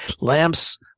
Lamps